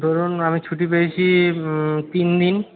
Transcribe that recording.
ধরুন আমি ছুটি পেয়েছি তিন দিন